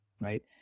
right